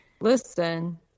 listen